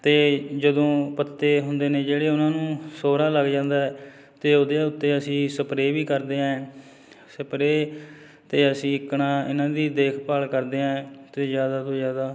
ਅਤੇ ਜਦੋਂ ਪੱਤੇ ਹੁੰਦੇ ਨੇ ਜਿਹੜੇ ਉਹਨਾਂ ਨੂੰ ਸੋਹਰਾ ਲੱਗ ਜਾਂਦਾ ਤਾਂ ਉਹਦੇ ਉੱਤੇ ਅਸੀਂ ਸਪਰੇਅ ਵੀ ਕਰਦੇ ਹੈ ਸਪਰੇਅ ਅਤੇ ਅਸੀਂ ਇੱਕਣਾ ਇਹਨਾਂ ਦੀ ਦੇਖਭਾਲ ਕਰਦੇ ਹਾਂ ਅਤੇ ਜ਼ਿਆਦਾ ਤੋਂ ਜ਼ਿਆਦਾ